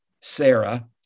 Sarah